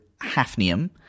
hafnium